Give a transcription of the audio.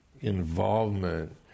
involvement